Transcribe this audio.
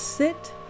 Sit